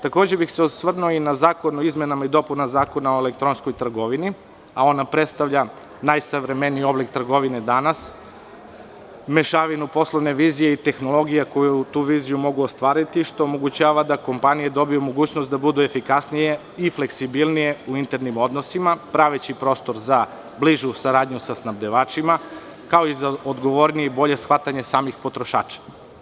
Takođe bih se osvrnuo i na zakon o izmenama i dopunama Zakona o elektronskoj trgovini, a ona predstavlja najsavremeniji oblik trgovine danas, mešavinu poslovne vizije i tehnologija koje tu viziju mogu ostvariti, što omogućava da kompanije dobiju mogućnost da budu efikasnije i fleksibilnije u internim odnosima, praveći prostor za bližu saradnju sa snabdevačima, kao i za odgovornije i bolje shvatanje samih potrošača.